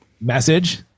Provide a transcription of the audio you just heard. message